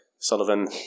Sullivan